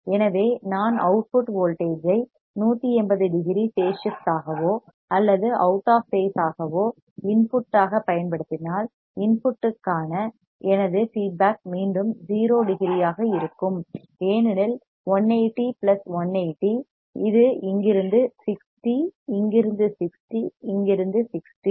எனவே நான் output voltage ஐ 180 டிகிரி பேஸ் ஷிப்ட் ஆகவோ அல்லது அவுட் ஆஃப் பேஸ் ஆகவோ இன்புட் ஆக பயன்படுத்தினால் இன்புட்டுக்கான எனது ஃபீட்பேக் மீண்டும் 0 டிகிரியாக இருக்கும் ஏனெனில் 180 பிளஸ் 180 இது இங்கிருந்து 60 இங்கிருந்து 60 இங்கிருந்து 60